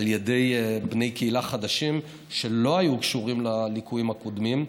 על ידי בני קהילה חדשים שלא היו קשורים לליקויים הקודמים,